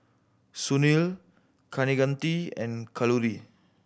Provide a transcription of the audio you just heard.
Sunil Kaneganti and Kalluri